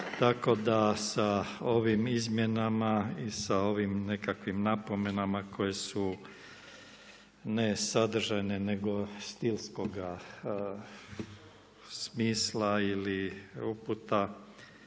Tako da sa ovim izmjenama i sa ovim nekakvim napomenama koje su ne sadržajne, nego stilskoga smisla ili uputa